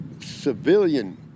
civilian